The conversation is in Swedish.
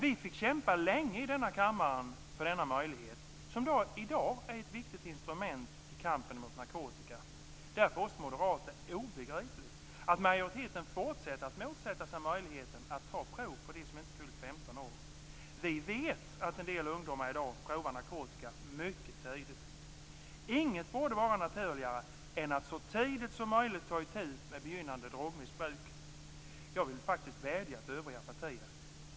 Vi fick kämpa länge i denna kammare för den möjligheten, som i dag är ett viktigt instrument i kampen mot narkotikan. Det är för oss moderater obegripligt att majoriteten fortsätter att motsätta sig möjligheten att ta prov på dem som inte fyllt 15 år. Vi vet att en del ungdomar i dag provar narkotika mycket tidigt. Inget borde vara naturligare än att så tidigt som möjligt ta itu med begynnande drogmissbruk. Jag vill faktiskt vädja till övriga partier.